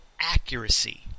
accuracy